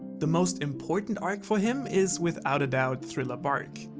the most important arc for him is without a doubt thriller bark,